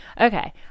Okay